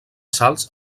salts